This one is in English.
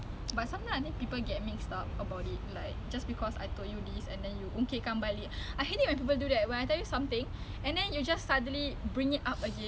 exactly uh like seriously I feel so malu terhadap melayu-melayu kita sendiri